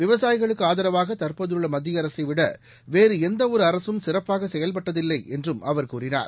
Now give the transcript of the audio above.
விவசாயிகளுக்குஆதரவாகதற்போதுள்ளமத்தியஅரசைவிடவேறுஎந்தவொருஅரசும் சிறப்பாகசெயல்பட்டதில்லைஎன்றும் அவர் கூறினார்